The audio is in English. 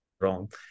wrong